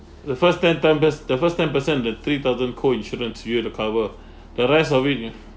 the first ten time based the first ten per cent the three thousand co-insurance you have to cover the rest of it ya